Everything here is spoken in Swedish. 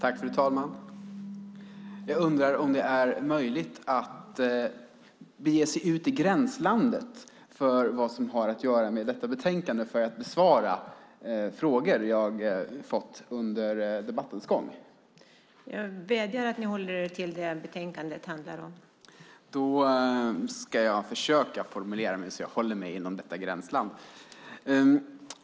Fru talman! Jag undrar om det är möjligt att bege sig ut i gränslandet för vad som har att göra med detta betänkande för att besvara frågor jag fått under debattens gång. Då ska jag försöka formulera mig så att jag håller mig inom gränserna.